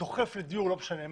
דוחף לדיור ולא משנה מה,